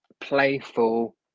playful